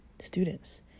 students